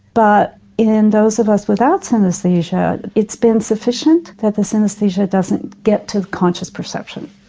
but in those of us without synaesthesia it's been sufficient that the synaesthesia doesn't get to the conscious perception.